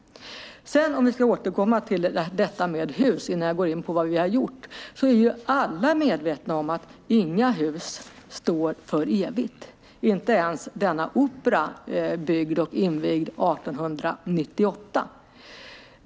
För att återkomma till detta med hus, innan jag går in på vad vi har gjort: Alla är medvetna om att inga hus står för evigt, inte ens denna opera, byggd och invigd 1898.